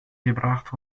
gebracht